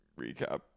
recap